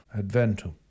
Adventum